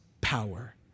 power